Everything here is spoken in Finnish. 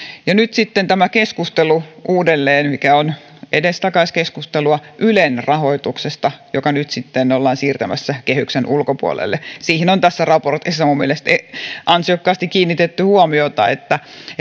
menemään nyt sitten on tämä keskustelu mikä on edestakaiskeskustelua ylen rahoituksesta joka nyt sitten ollaan siirtämässä kehyksen ulkopuolelle ja siihen on tässä raportissa mielestäni ansiokkaasti kiinnitetty huomiota että